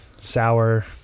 Sour